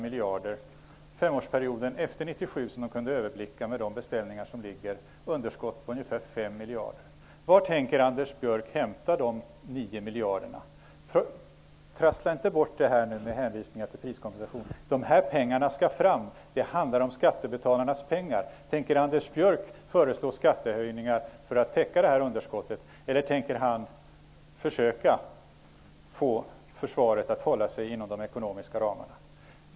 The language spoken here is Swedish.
Enligt vad de kunde överblicka nu, med de beställningar som är gjorda, skulle underskottet under femårsperioden efter 1997 bli ungefär 5 miljarder. Var tänker Anders Björck hämta dessa 9 miljarder? Trassla nu inte bort detta med hänvisning till priskompensationen! Pengarna skall fram -- det handlar om skattebetalarnas pengar! Tänker Anders Björck föreslå skattehöjningar för att täcka det här underskottet? Eller tänker han försöka få försvaret att hålla sig inom de ekonomiska ramarna?